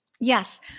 Yes